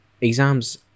exams